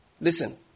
Listen